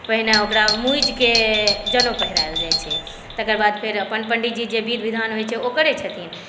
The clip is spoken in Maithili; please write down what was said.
पहिने ओकरा मुजिके जनउ पहिरायल जाइ छै तकर बाद पंडीजी अपन जे विध विधान होइ छै ओ करै छथिन